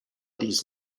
these